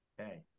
Okay